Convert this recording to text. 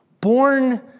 born